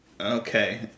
Okay